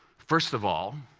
first of all,